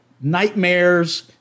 nightmares